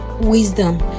wisdom